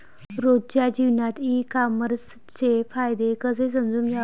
रोजच्या जीवनात ई कामर्सचे फायदे कसे समजून घ्याव?